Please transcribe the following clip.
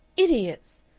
idiots!